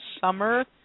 Summer